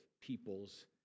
people's